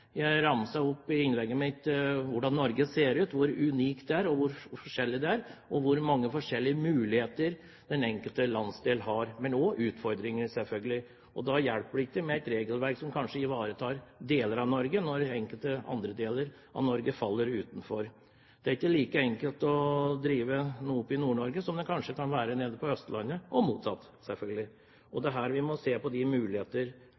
Jeg ramset opp i innlegget mitt hvordan Norge ser ut, hvor unikt det er, hvor forskjellig det er, og hvor mange forskjellige muligheter den enkelte landsdel har – men også utfordringer, selvfølgelig. Det hjelper ikke med et regelverk som kanskje ivaretar deler av Norge, når enkelte andre deler av Norge faller utenfor. Det er ikke like enkelt å drive noe i Nord-Norge som det kanskje kan være på Østlandet – og motsatt. Det er her vi må se på de muligheter